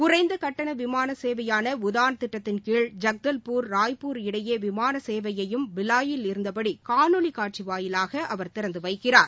குறைந்த கட்டண விமான சேவையான உதாள் திட்டத்திள் கீழ் ஜக்தள் பூர் ராய்பூர் இடையே விமான சேவையும் பிலாயில் இருந்தபடி காணொலி காட்சி வாயிலாக அவர் திறந்து வைக்கிறார்